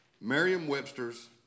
Merriam-Webster's